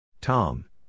Tom